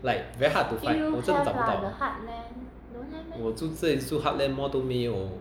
like very hard to find 我真的找不到我住这里住 heartland mall 都没有